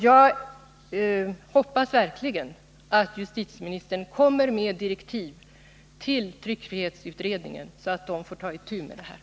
Jag hoppas verkligen att justitieministern kommer med direktiv till tryckfrihetsutredningen, så att denna kan ta itu med frågan.